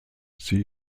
sie